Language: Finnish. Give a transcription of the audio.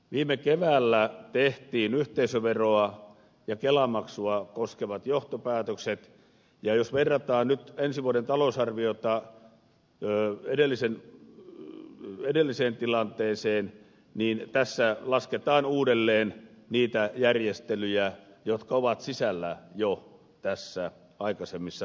viime keväänä tehtiin yhteisöveroa ja kelamaksua koskevat johtopäätökset ja jos verrataan nyt ensi vuoden talousarviota edelliseen tilanteeseen niin tässä lasketaan uudelleen niitä järjestelyjä jotka ovat sisällä jo aikaisemmissa ratkaisuissa